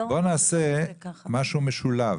בוא נעשה משהו משולב,